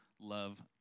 love